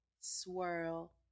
swirl